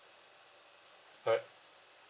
al~